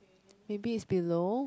maybe it's below